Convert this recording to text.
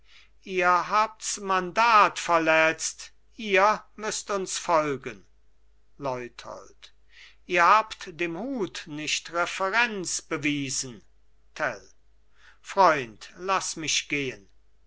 ihr habt's mandat verletzt ihr müsst uns folgen leuthold ihr habt dem hut nicht reverenz bewiesen tell freund lass mich gehen